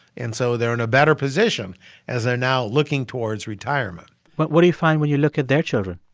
and so they're in a better position as they're now looking towards retirement but what do you find when you look at their children?